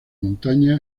montaña